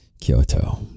Kyoto